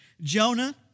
Jonah